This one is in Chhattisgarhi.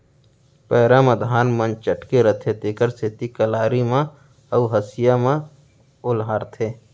पैरा म धान मन चटके रथें तेकर सेती कलारी म अउ हँसिया म ओलहारथें